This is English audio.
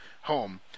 home